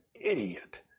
idiot